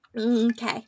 Okay